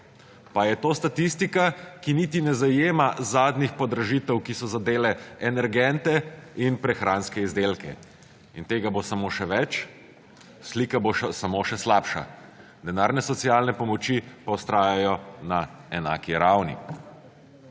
Pa je to statistika, ki niti ne zajema zadnjih podražitev, ki so zadele energente in prehranske izdelke. In tega bo samo še več. Slika bo samo še slabša, denarne socialne pomoči pa vztrajajo na enaki ravni.